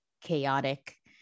chaotic